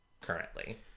currently